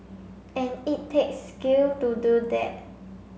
and it takes skill to do that